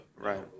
Right